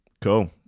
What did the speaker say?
Cool